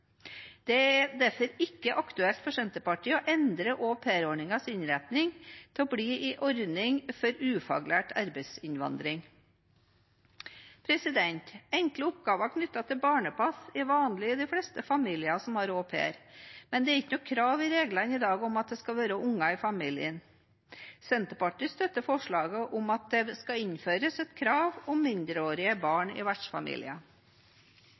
Det er derfor ikke aktuelt for Senterpartiet å endre aupairordningens innretning til å bli en ordning for ufaglært arbeidsinnvandring. Enkle oppgaver knyttet til barnepass er vanlig i de fleste familier som har au pair, men det er ikke noe krav i reglene i dag om at det skal være unger i familien. Senterpartiet støtter forslaget om at det skal innføres et krav om mindreårige barn i